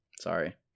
Sorry